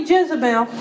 Jezebel